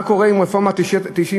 מה קורה עם רפורמת 90,